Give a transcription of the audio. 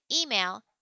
Email